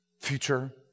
future